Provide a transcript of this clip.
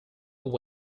way